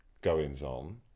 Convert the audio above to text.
goings-on